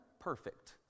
perfect